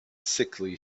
sickly